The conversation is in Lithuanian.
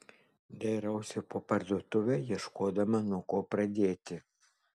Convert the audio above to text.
dairausi po parduotuvę ieškodama nuo ko pradėti